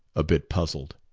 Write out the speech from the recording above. a bit puzzled.